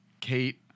Kate